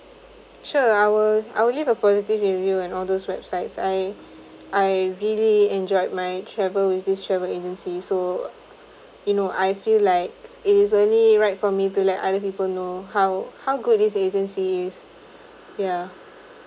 sure I will I will give a positive review and all those websites I I really enjoyed my travel with this travel agency so you know I feel like it is really right for me to let other people know how how good this agency is ya